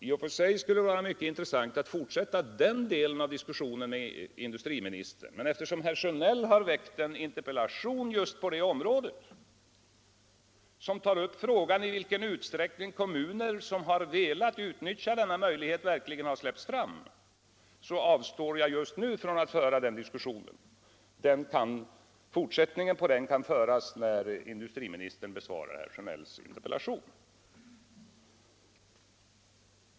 I och för sig skulle det vara mycket intressant att fortsätta den delen av diskussionen med industriministern, men eftersom herr Sjönell har framställt en interpellation på just det området, vilken tar upp frågan om i vilken utsträckning kommuner som har velat utnyttja denna möjlighet verkligen har släppts fram, avstår jag just nu från att föra den diskussionen. Fortsättningen på den kan föras när indusiriministern besvarar herr Sjönells interpellation.